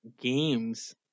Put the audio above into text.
games